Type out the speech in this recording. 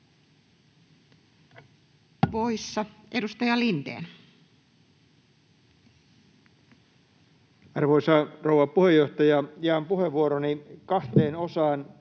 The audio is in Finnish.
Time: 16:44 Content: Arvoisa rouva puheenjohtaja! Jaan puheenvuoroni kahteen osaan,